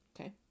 Okay